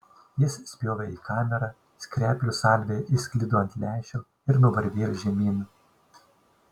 jis spjovė į kamerą skreplių salvė išsklido ant lęšio ir nuvarvėjo žemyn